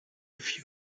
few